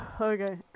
Okay